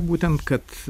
būtent kad